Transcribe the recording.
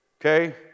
okay